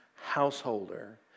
householder